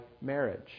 marriage